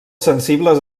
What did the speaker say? sensibles